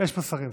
יש פה שרים.